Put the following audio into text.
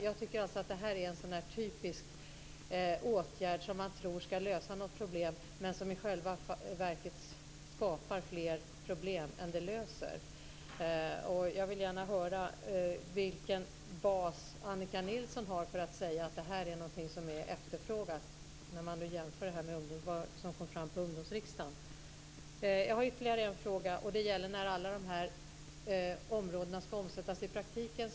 Jag tycker alltså att detta är en sådan där typisk åtgärd som man tror ska lösa något problem men som i själva verket skapar fler problem än den löser. Jag vill gärna höra vilken bas Annika Nilsson har för att säga att det här är något som är efterfrågat, när man jämför det med vad som kom från vid ungdomsriksdagen. Jag har ytterligare en fråga som gäller när alla dessa områden ska omsättas i praktiken.